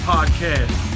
Podcast